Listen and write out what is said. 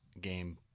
game